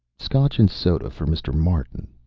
scotch and soda for mr. martin,